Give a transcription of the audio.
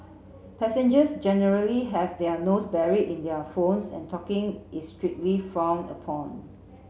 passengers generally have their nose buried in their phones and talking is strictly frowned upon